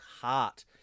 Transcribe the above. heart